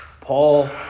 Paul